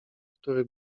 który